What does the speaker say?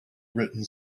written